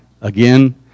again